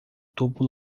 tubo